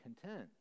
content